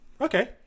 Okay